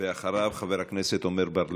אחריו, חבר הכנסת עמר בר לב.